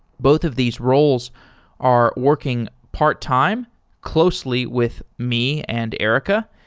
both of these roles are working part-time closely with me and erica.